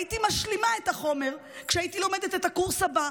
הייתי משלימה את החומר כשהייתי לומדת את הקורס הבא,